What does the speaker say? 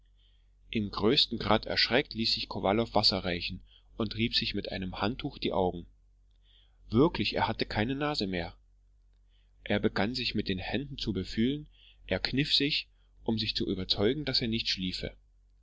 im höchsten grad erschreckt ließ sich kowalow wasser reichen und rieb sich mit einem handtuch die augen wirklich er hatte keine nase mehr er begann sich mit den händen zu befühlen er kniff sich um sich zu überzeugen ob er nicht schliefe